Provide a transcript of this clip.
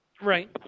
Right